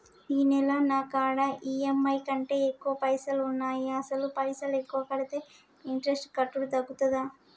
ఈ నెల నా కాడా ఈ.ఎమ్.ఐ కంటే ఎక్కువ పైసల్ ఉన్నాయి అసలు పైసల్ ఎక్కువ కడితే ఇంట్రెస్ట్ కట్టుడు తగ్గుతదా?